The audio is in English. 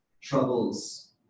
troubles